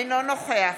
אינו נוכח